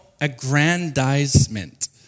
aggrandizement